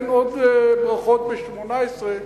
אין עוד ברכות בשמונה-עשרה